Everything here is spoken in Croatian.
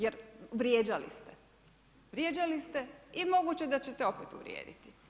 Jer vrijeđali ste, vrijeđali ste i moguće je da ćete opet uvrijediti.